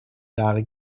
jahre